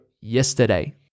yesterday